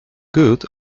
good